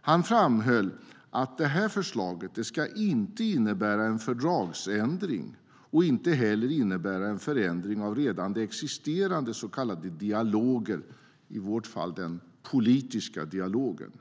Han framhöll att förslaget inte ska innebära en fördragsändring och inte heller innebära en förändring av redan existerande så kallade dialoger, i vårt fall den politiska dialogen.